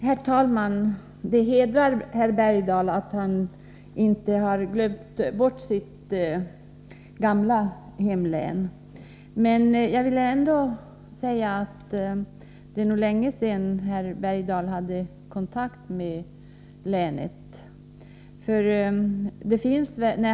Herr talman! Det hedrar herr Bergdahl att han inte har glömt bort sitt tidigare hemlän, men jag vill ändå säga att det nu är länge sedan herr Bergdahl hade kontakt med länet.